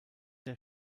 der